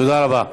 תודה רבה.